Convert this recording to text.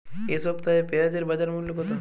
এ সপ্তাহে পেঁয়াজের বাজার মূল্য কত?